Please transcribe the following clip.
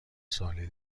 سوالی